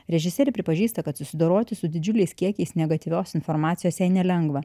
režisierė pripažįsta kad susidoroti su didžiuliais kiekiais negatyvios informacijos jai nelengva